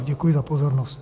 Děkuji za pozornost.